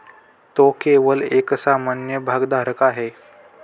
तो केवळ एक सामान्य भागधारक आहे